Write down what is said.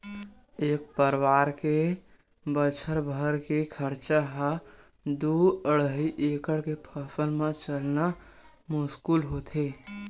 एक परवार के बछर भर के खरचा ह दू अड़हई एकड़ के फसल म चलना मुस्कुल होथे